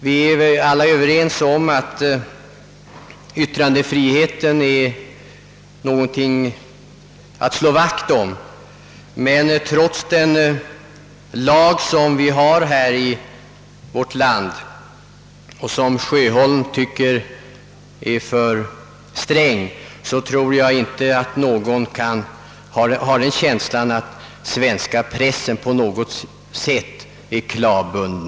Vi är alla överens om att man skall värna om yttrandefriheten. Trots att herr Sjöholm tycks anse att vår ärekränkningslag är för sträng, är det säkert ingen som har den känslan att den svenska pressen på något sätt är klavbunden.